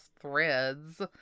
threads